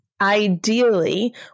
ideally